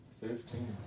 Fifteen